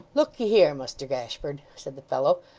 lookye here, muster gashford said the fellow,